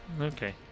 Okay